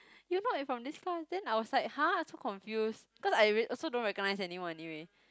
you not ev~ from this class then I was like !huh! I so confused cause I rea~ also don't recognise anyone anyway